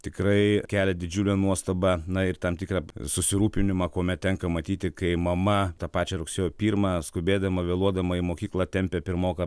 tikrai kelia didžiulę nuostabą na ir tam tikrą susirūpinimą kuomet tenka matyti kai mama tą pačią rugsėjo pirmą skubėdama vėluodama į mokyklą tempia pirmoką